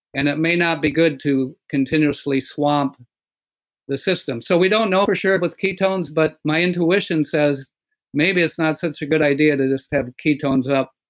and it may not be good to continuously swamp the system. so we don't know for sure with ketones, but my intuition says maybe it's not such a good idea to just have ketones up